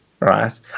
Right